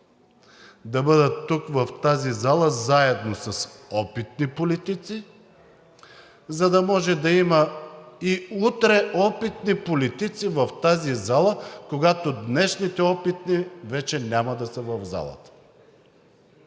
да бъдат тук в тази зала заедно с опитни политици, за да може да има и утре опитни политици в тази зала, когато днешните опитни вече няма да са в залата.